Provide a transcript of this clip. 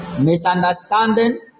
Misunderstanding